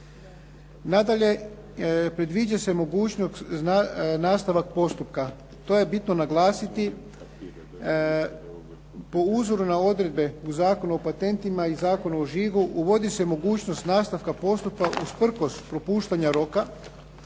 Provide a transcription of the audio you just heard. Nadalje, predviđa se mogućnost nastavak postupka. To je bitno naglasiti. Po uzoru na odredbe u Zakonu o patentima i Zakonu o žigu uvodi se mogućnosti nastavka postupka usprkos propuštanja roka